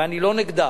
ואני לא נגדה,